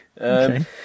Okay